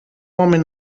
homem